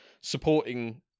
supporting